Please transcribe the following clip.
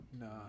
no